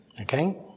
Okay